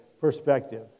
perspective